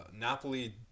Napoli